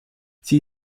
sie